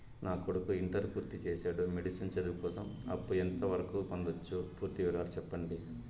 నా కొడుకు ఇంటర్ పూర్తి చేసాడు, మెడిసిన్ చదువు కోసం అప్పు ఎంత వరకు పొందొచ్చు? పూర్తి వివరాలు సెప్పండీ?